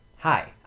Hi